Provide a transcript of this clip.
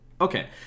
Okay